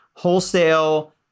Wholesale